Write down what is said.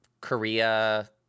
Korea